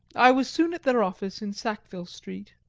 i was soon at their office in sackville street.